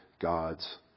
God's